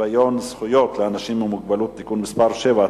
שוויון זכויות לאנשים עם מוגבלות (תיקון מס' 7),